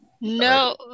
No